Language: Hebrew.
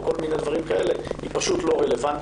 או כל מיני דברים כאלה היא פשוט לא רלוונטית.